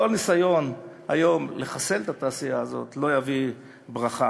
כל ניסיון לחסל את התעשייה הזאת לא יביא ברכה,